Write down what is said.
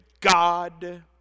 God